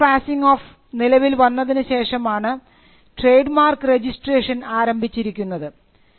relief of passing off നിലവിൽ വന്നതിനു ശേഷമാണ് ആണ് trademark registration 9trademark registration ആരംഭിച്ചിരിക്കുന്നത്